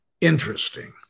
interesting